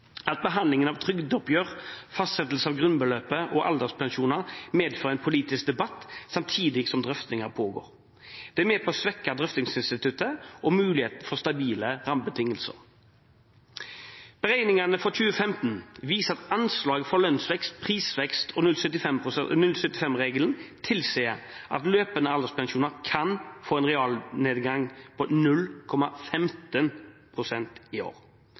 der behandlingen av trygdeoppgjør, fastsettelse av grunnbeløpet og alderspensjoner medfører en politisk debatt samtidig som drøftinger pågår. Det er med på å svekke drøftingsinstituttet og muligheten for stabile rammebetingelser. Beregningene for 2015 viser at anslaget for lønnsvekst, prisvekst og 0,75-regelen tilsier at løpende alderspensjoner kan få en realnedgang på 0,15 pst. i år.